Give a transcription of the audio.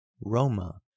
Roma